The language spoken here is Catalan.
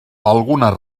algunes